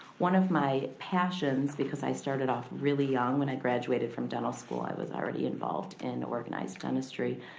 one of my passions, because i started off really young, when i graduated from dental school, i was already involved in organized dentistry,